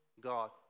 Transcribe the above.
God